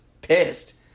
pissed